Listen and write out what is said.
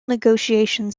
negotiation